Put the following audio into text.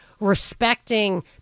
respecting